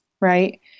right